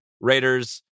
Raiders